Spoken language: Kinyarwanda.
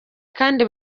kandi